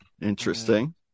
Interesting